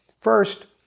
First